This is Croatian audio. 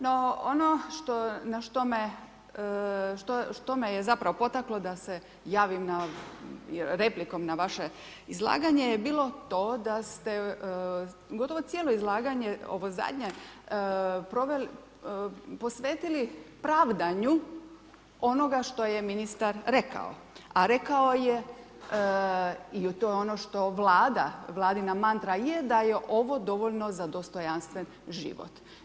No ono što, na što me što me je zapravo potaklo da se javim na, replikom na vaše izlaganje je bilo to da ste gotovo cijelo izlaganje, ovo zadnje, proveli, posvetili pravdanju onoga što je ministar rekao, a rekao je i to je ono što Vlada, Vladina mantra je da je ovo dovoljno za dostojanstven život.